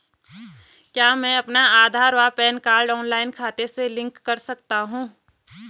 क्या मैं अपना आधार व पैन कार्ड ऑनलाइन खाते से लिंक कर सकता हूँ?